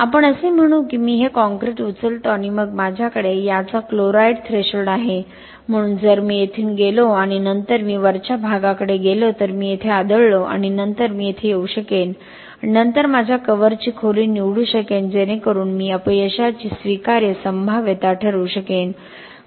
आपण असे म्हणू की मी हे काँक्रीट उचलतो आणि मग माझ्याकडे याचा क्लोराईड थ्रेशोल्ड आहे म्हणून जर मी येथून गेलो आणि नंतर मी वरच्या भागाकडे गेलो तर मी येथे आदळलो आणि नंतर मी येथे येऊ शकेन आणि नंतर माझ्या कव्हरची खोली निवडू शकेन जेणेकरून मी अपयशाची स्वीकार्य संभाव्यता ठरवू शकेन